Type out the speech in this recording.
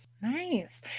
Nice